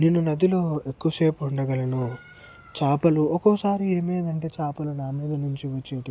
నేను నదిలో ఎక్కువసేపు ఉండగలను చేపలు ఒక్కోసారి ఏమైయ్యేది అంటే చేపలు నా మీద నుంచి వచ్చేవి